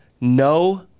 no